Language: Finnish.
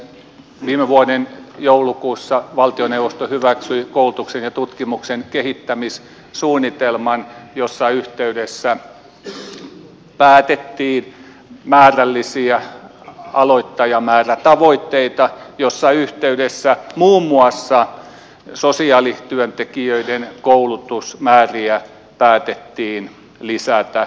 viime vuoden joulukuussa valtioneuvosto hyväksyi koulutuksen ja tutkimuksen kehittämissuunnitelman missä yhteydessä päätettiin määrällisiä aloittajamäärätavoitteita missä yhteydessä muun muassa sosiaalityöntekijöiden koulutusmääriä päätettiin lisätä